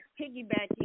Piggybacking